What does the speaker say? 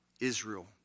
Israel